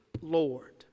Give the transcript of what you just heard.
Lord